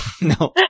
No